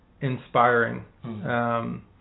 inspiring